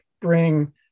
bring